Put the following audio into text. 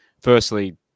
firstly